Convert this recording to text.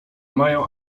mają